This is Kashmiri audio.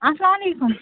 السلام علیکُم